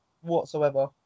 whatsoever